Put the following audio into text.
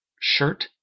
shirt